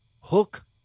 hook